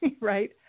right